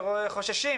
חוששים